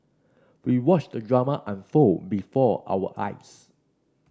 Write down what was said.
we watched the drama unfold before our eyes